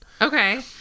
Okay